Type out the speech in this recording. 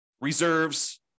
reserves